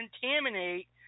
contaminate